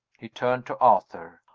he turned to arthur.